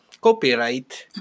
copyright